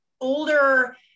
older